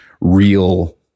real